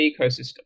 ecosystem